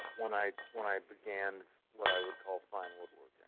when i when i began what i would call fine woodworking.